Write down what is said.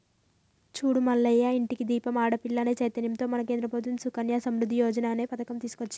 చూడు మల్లయ్య ఇంటికి దీపం ఆడపిల్ల అనే చైతన్యంతో మన కేంద్ర ప్రభుత్వం సుకన్య సమృద్ధి యోజన అనే పథకం తీసుకొచ్చింది